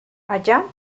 allá